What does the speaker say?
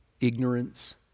ignorance